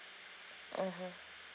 mmhmm